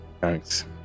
Thanks